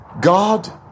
God